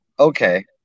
Okay